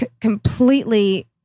completely